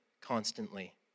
constantly